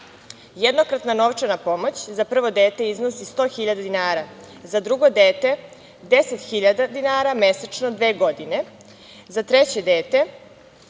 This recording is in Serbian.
Jednokratna novčana pomoć za prvo dete iznosi 100.000 dinara, za drugo dete 10.000 dinara mesečno dve godine, za treće